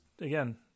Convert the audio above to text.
again